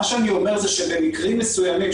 מה שאני אומר זה שבמקרים מסוימים,